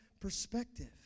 perspective